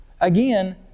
again